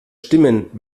stimmen